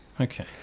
Okay